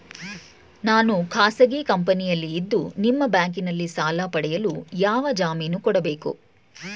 ನಾನು ಖಾಸಗಿ ಕಂಪನಿಯಲ್ಲಿದ್ದು ನಿಮ್ಮ ಬ್ಯಾಂಕಿನಲ್ಲಿ ಸಾಲ ಪಡೆಯಲು ಯಾರ ಜಾಮೀನು ಕೊಡಬೇಕು?